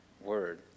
word